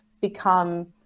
become